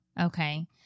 okay